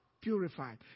purified